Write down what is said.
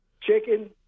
chicken